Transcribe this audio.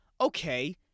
okay